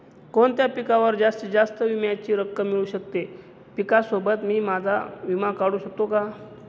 कोणत्या पिकावर जास्तीत जास्त विम्याची रक्कम मिळू शकते? पिकासोबत मी माझा विमा काढू शकतो का?